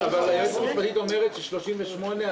היועצת המשפטית אומרת ש-38,